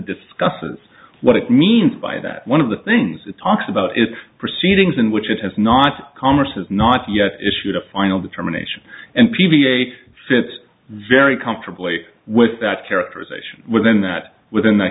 discusses what it means by that one of the things it talks about is the proceedings in which it has not congress has not yet issued a final determination and p v a fit very comfortably with that characterization within that within